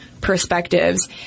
perspectives